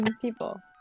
people